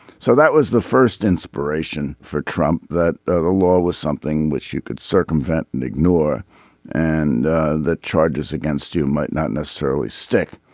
so that was the first inspiration for trump that the law was something which you could circumvent and ignore and the charges against you might not necessarily stick.